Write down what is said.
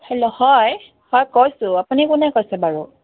hello হয় হয় কৈছোঁ আপুনি কোনে কৈছে বাৰু